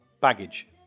Baggage